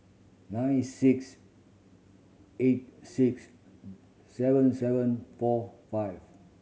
nine six eight six seven seven four five